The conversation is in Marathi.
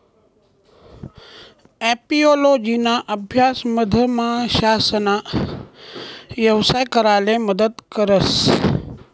एपिओलोजिना अभ्यास मधमाशासना यवसाय कराले मदत करस